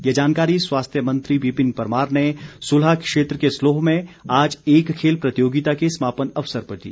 ये जानकारी स्वास्थ्य मंत्री विपिन परमार ने सुलह क्षेत्र के सलोह में आज एक खेल प्रतियोगिता के समापन अवसर पर दी